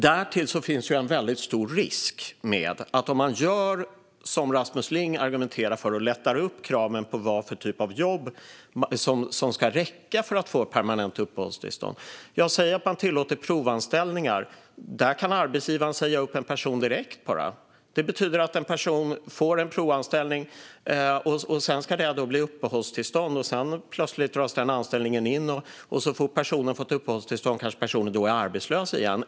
Därtill finns en stor risk om man, som Rasmus Ling argumenterar för, lättar upp kraven på vilken typ av jobb som ska räcka för att få permanent uppehållstillstånd. Säg att man tillåter provanställningar! Då kan arbetsgivaren säga upp personen direkt. Personen får en provanställning, och det ska leda till ett uppehållstillstånd. Plötsligt dras anställningen in. Då har personen fått uppehållstillstånd och blir kanske arbetslös igen.